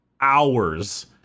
hours